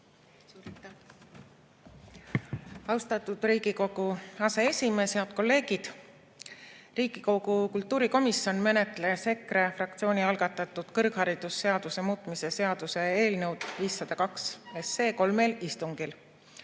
Austatud Riigikogu aseesimees! Head kolleegid! Riigikogu kultuurikomisjon menetles EKRE fraktsiooni algatatud kõrgharidusseaduse muutmise seaduse eelnõu 502 kolmel istungil: